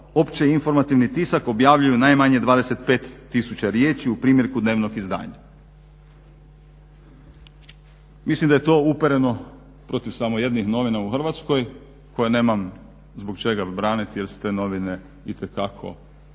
opće informativni tisak objavljuju najmanje 25000 riječi u primjerku dnevnog izdanja. Mislim da je to upereno protiv samo jednih novina u Hrvatskoj koje nemam zbog čega braniti jer su te novine itekako dobro se